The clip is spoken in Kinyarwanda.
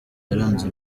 yaranze